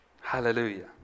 Hallelujah